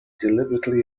deliberately